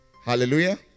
Hallelujah